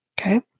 Okay